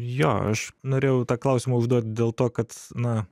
jo aš norėjau tą klausimą užduot dėl to kad na